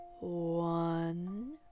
one